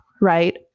right